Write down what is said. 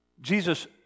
Jesus